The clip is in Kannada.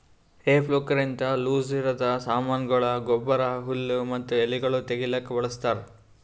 ಹೇ ಫೋರ್ಕ್ಲಿಂತ ಲೂಸಇರದ್ ಸಾಮಾನಗೊಳ, ಗೊಬ್ಬರ, ಹುಲ್ಲು ಮತ್ತ ಎಲಿಗೊಳನ್ನು ತೆಗಿಲುಕ ಬಳಸ್ತಾರ್